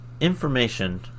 Information